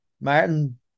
Martin